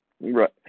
right